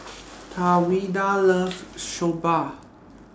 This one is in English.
Tawanda loves Soba